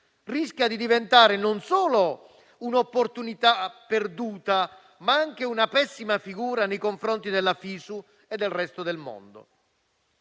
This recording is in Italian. rischia di diventare non solo un'opportunità perduta, ma anche una pessima figura nei confronti della FISU e del resto del mondo.